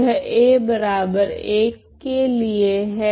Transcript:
यह a1 के लिए हैं